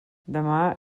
demà